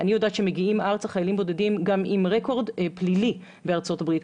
אני יודעת שמגיעים ארצה חיילים בודדים גם עם רקורד פלילי בארצות הברית,